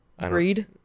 Breed